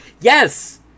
yes